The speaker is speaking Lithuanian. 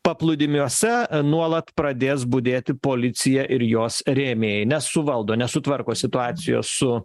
paplūdimiuose nuolat pradės budėti policija ir jos rėmėjai nesuvaldo nesutvarko situacijos su